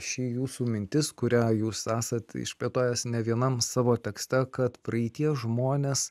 ši jūsų mintis kurią jūs esat išplėtojęs ne vienam savo tekste kad praeities žmonės